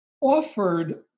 offered